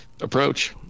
approach